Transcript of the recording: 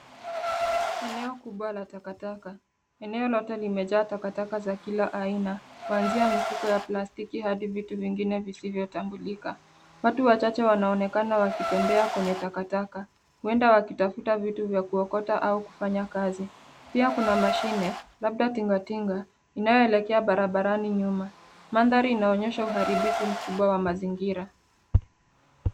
Eneo kubwa la takataka, eneo lote limejaa takataka za kila aina; kuanzia mifuko ya plastiki hadi vitu vingine visivyotambulika. Watu wachache wanaonekana wakitembea kwenye takataka, huenda wakitafuta vitu vya kuokota au kufanya kazi. Pia kuna mashine, labda tingatinga inayoelekea barabarani nyuma. Mandhari inaonyesha uharibifu mkubwa wa mazingira.